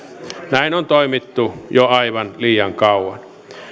näin on toimittu jo aivan liian kauan